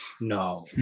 No